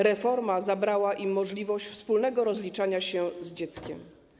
Reforma zabrała im możliwość wspólnego rozliczania się z dzieckiem.